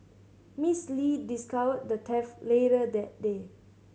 Miss Lee discovered the theft later that day